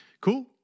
Cool